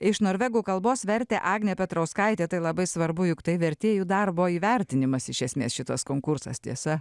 iš norvegų kalbos vertė agnė petrauskaitė tai labai svarbu juk tai vertėjų darbo įvertinimas iš esmės šitas konkursas tiesa